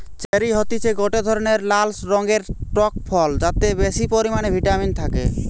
cherry হতিছে গটে ধরণের লাল রঙের টক ফল যাতে বেশি পরিমানে ভিটামিন থাকে